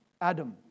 Adam